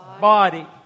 body